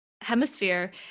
hemisphere